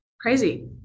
Crazy